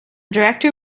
director